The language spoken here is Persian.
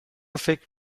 فکر